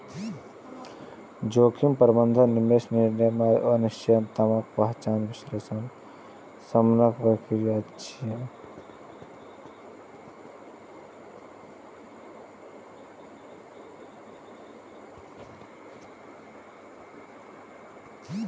जोखिम प्रबंधन निवेश निर्णय मे अनिश्चितताक पहिचान, विश्लेषण आ शमनक प्रक्रिया छियै